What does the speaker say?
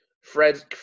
Fred